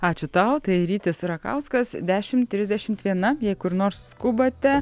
ačiū tau tai rytis rakauskas dešimt trisdešimt jei kur nors skubate